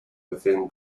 within